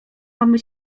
mamy